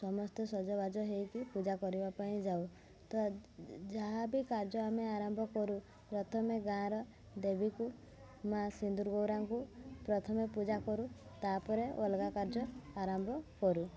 ସମସ୍ତେ ସଜବାଜ ହେଇକି ପୂଜା କରିବା ପାଇଁ ଯାଉ ତ ଯାହା ବି କାର୍ଯ୍ୟ ଆମେ ଆରମ୍ଭ କରୁ ପ୍ରଥମେ ଗାଁର ଦେବୀକୁ ମା ସିନ୍ଦୁର୍ ଗୌରାଙ୍କୁ ପ୍ରଥମେ ପୂଜା କରୁ ତା'ପରେ ଅଲଗା କାର୍ଯ୍ୟ ଆରମ୍ଭ କରୁ